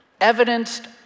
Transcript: evidenced